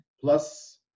Plus